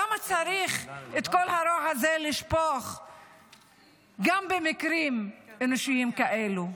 למה צריך לשפוך את כל הרוע הזה גם במקרים אנושיים כאלו?